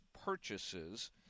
purchases